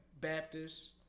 Baptists